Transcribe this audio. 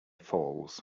falls